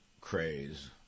craze